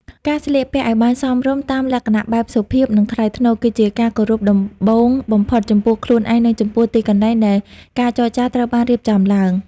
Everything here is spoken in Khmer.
ការស្លៀកពាក់ឱ្យបានសមរម្យតាមលក្ខណៈបែបសុភាព និងថ្លៃថ្នូរ គឺជាការគោរពដំបូងបំផុតចំពោះខ្លួនឯង និងចំពោះទីកន្លែងដែលការចរចាត្រូវបានរៀបចំឡើង។